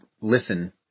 Listen